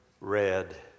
red